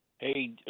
Hey